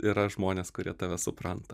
yra žmonės kurie tave supranta